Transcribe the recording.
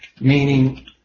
meaning